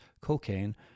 cocaine